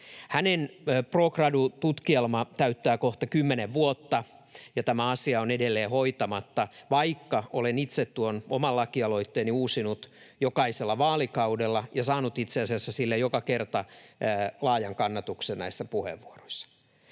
Hänen pro gradu ‑tutkielmansa täyttää kohta kymmenen vuotta, ja tämä asia on edelleen hoitamatta, vaikka olen itse tuon oman lakialoitteeni uusinut jokaisella vaalikaudella ja saanut itse asiassa sille joka kerta laajan kannatuksen näissä puheenvuoroissa.